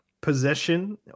possession